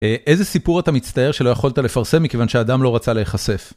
איזה סיפור אתה מצטער שלא יכולת לפרסם מכיוון שאדם לא רצה להיחשף.